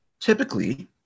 typically